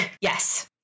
Yes